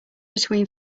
between